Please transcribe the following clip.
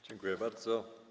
Dziękuję bardzo.